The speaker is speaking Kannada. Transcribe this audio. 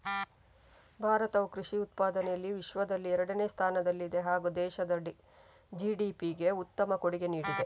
ಭಾರತವು ಕೃಷಿ ಉತ್ಪಾದನೆಯಲ್ಲಿ ವಿಶ್ವದಲ್ಲಿ ಎರಡನೇ ಸ್ಥಾನದಲ್ಲಿದೆ ಹಾಗೂ ದೇಶದ ಜಿ.ಡಿ.ಪಿಗೆ ಉತ್ತಮ ಕೊಡುಗೆ ನೀಡಿದೆ